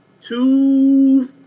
two